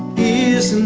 is